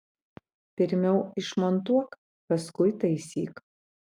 pirmiau išmontuok paskui taisyk